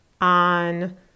on